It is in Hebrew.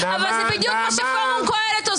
אבל זה בדיוק מה שעושה פורום קהלת.